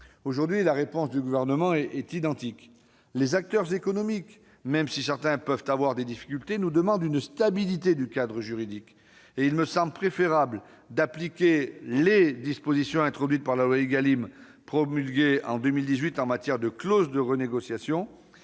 Aujourd'hui, la réponse du Gouvernement est identique. Les acteurs économiques, même ceux qui ont des difficultés, nous demandent une stabilité du cadre juridique. Il me semble préférable d'appliquer les dispositions introduites par la loi Égalim, promulguée en 2018, en matière de clause de renégociation